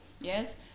yes